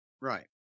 Right